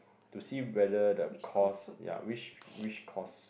to see whether the course ya which which course